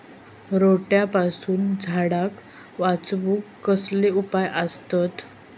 रोट्यापासून झाडाक वाचौक कसले उपाय आसत?